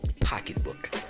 Pocketbook